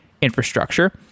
infrastructure